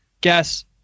guess